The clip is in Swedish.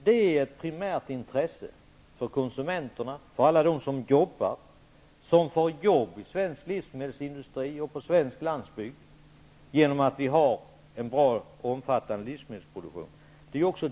Det är av primärt intresse för konsumenterna och för dem som arbetar i svensk livsmedelsindustri och på den svenska landsbygden att Sverige har en bra och omfattande livsmedelsproduktion.